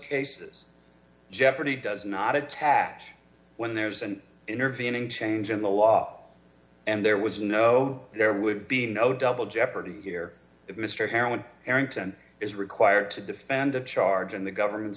cases jeopardy does not attach when there was an intervening change in the law and there was no there would be no double jeopardy here if mr perelman arrington is required to defend the charge and the government's